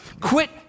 Quit